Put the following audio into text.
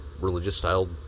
religious-style